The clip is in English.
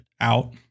out